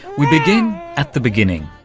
we begin at the beginning,